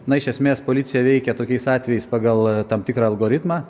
na iš esmės policija veikia tokiais atvejais pagal tam tikrą algoritmą